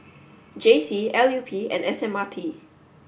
J C L U P and S M R T